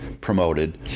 promoted